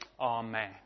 Amen